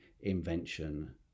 invention